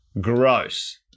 Gross